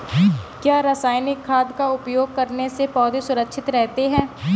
क्या रसायनिक खाद का उपयोग करने से पौधे सुरक्षित रहते हैं?